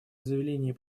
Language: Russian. заявлении